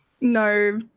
no